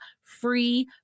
free